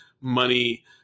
money